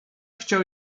chciał